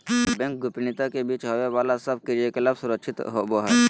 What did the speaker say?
bank गोपनीयता के बीच होवे बाला सब क्रियाकलाप सुरक्षित होवो हइ